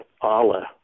Allah